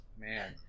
Man